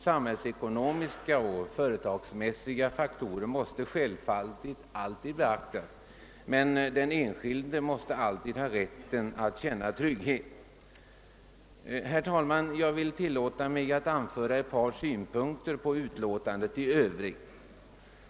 Samhällsekonomiska och företagsmässiga faktorer måste självfallet beaktas, men den enskilde måste alltid ha rätten att känna trygghet. Jag skall här tillåta mig att anföra ett par synpunkter på utskottets utlåtande i Övrigt.